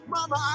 Mama